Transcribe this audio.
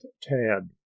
Tad